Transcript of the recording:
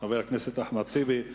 חבר הכנסת אחמד טיבי,